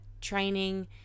training